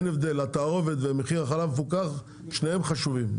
התערובת ומחיר החלב המפוקח, שניהם חשובים.